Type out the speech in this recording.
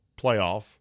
playoff